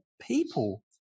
people